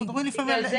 חילקנו את זה בצורה,